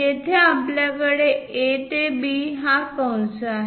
येथे आपल्याकडे A ते B हा कंस आहे